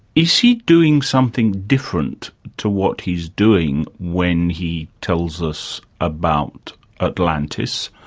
is he doing something different to what he's doing when he tells us about atlantis,